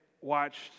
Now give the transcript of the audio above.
watched